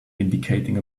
indicating